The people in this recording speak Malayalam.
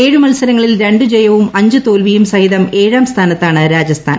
ഏഴു മത്സരങ്ങളിൽ രണ്ടു ജയവും അഞ്ചു തോൽവിയും സഹിതം ഏഴാം സ്ഥാനത്താണ് രാജസ്ഥാൻ